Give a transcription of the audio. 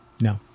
no